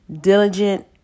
diligent